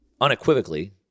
unequivocally